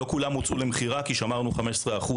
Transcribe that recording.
לא כולם הוצעו למכירה כי שמרנו 15%